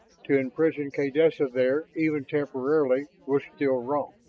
to imprison kaydessa there, even temporarily, was still wrong.